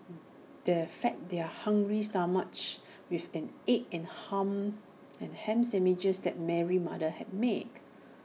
they fed their hungry stomachs with the egg and ham and sandwiches that Mary's mother had made